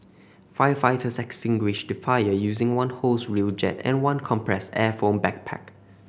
firefighters extinguished the fire using one hose reel jet and one compressed air foam backpack